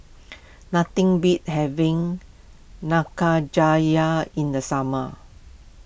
nothing beats having in the summer